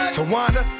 Tawana